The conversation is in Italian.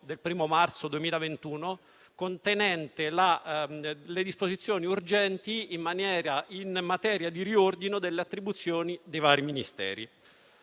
del 1° marzo 2021, recante disposizioni urgenti in materia di riordino delle attribuzioni dei Ministeri.